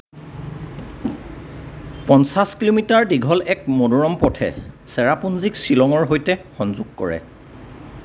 পঞ্চাছ কিলোমিটাৰ দীঘল এক মনোৰম পথে চেৰাপুঞ্জীক শ্বিলঙৰ সৈতে সংযোগ কৰে